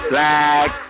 Black